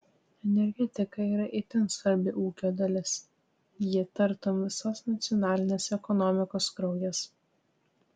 energetika yra itin svarbi ūkio dalis ji tartum visos nacionalinės ekonomikos kraujas